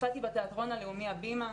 הופעתי בתיאטרון הלאומי הבימה,